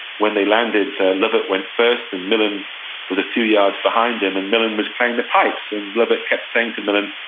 when they landed lovat went first and millin was a few yards behind him. and millin was playing the pipes, and lovat kept saying to millin,